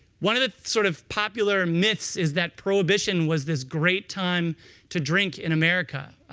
one of the sort of popular myths is that prohibition was this great time to drink in america,